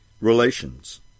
relations